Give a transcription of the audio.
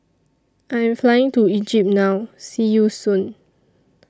I Am Flying to Egypt now See YOU Soon